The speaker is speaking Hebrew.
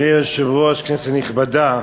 אדוני היושב-ראש, כנסת נכבדה,